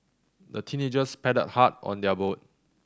the teenagers paddled hard on their boat